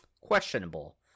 questionable